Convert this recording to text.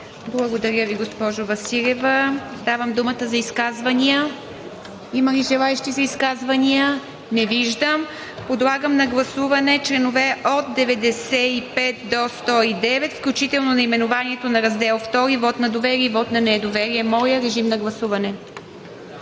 Благодаря Ви, госпожо Василева. Давам думата за изказвания. Има ли желаещи? Не виждам. Подлагам на гласуване членове от 95 до 109, включително наименованието на „Раздел II – Вот на доверие. Вот на недоверие“. Гласували